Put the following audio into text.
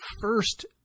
first